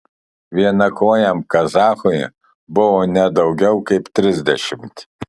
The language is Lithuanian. vienakojam kazachui buvo ne daugiau kaip trisdešimt